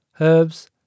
herbs